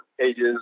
pages